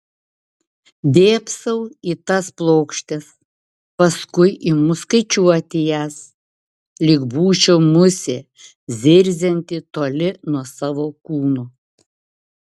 dėbsau į tas plokštes paskui imu skaičiuoti jas lyg būčiau musė zirzianti toli nuo savo kūno